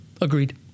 Agreed